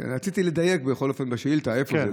רציתי לדייק בשאילתה איפה זה,